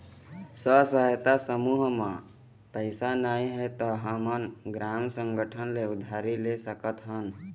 स्व सहायता समूह म पइसा नइ हे त हमन ग्राम संगठन ले उधारी ले सकत हन